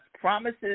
promises